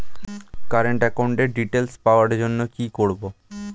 Current একাউন্টের details পাওয়ার জন্য কি করব?